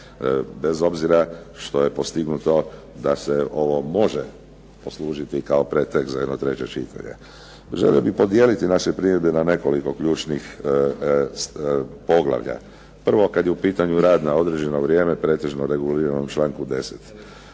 bez obzira što je postignuto da se ovo može poslužiti kao pred tekst za jedno treće čitanje. Želio bih podijeliti naše primjedbe na nekoliko ključnih poglavlja. Prvo, kada je u pitanju rad na određeno vrijeme reguliran u članku 10.